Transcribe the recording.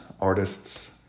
artists